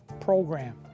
program